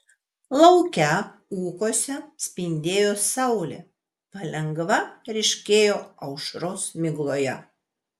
lauke ūkuose spindėjo saulė palengva ryškėjo aušros migloje